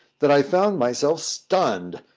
that i found myself stunned,